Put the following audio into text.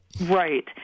Right